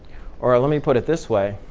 or let me put it this way.